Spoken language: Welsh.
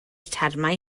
termau